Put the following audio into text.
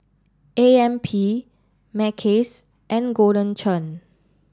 A M P Mackays and Golden Churn